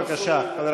בבקשה.